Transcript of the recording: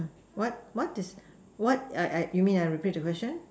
what what is what I I you mean I repeat the question